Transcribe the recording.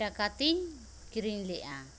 ᱴᱟᱠᱟᱛᱮᱧ ᱠᱤᱨᱤᱧ ᱞᱮᱫᱼᱟ